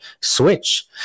switch